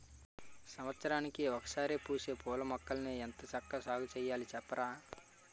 సంవత్సరానికి ఒకసారే పూసే పూలమొక్కల్ని ఎంత చక్కా సాగుచెయ్యాలి సెప్పరా?